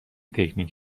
تکنیک